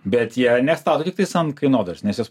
bet jie nestato tiktais ant kainodaros nes jos